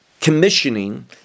commissioning